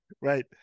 Right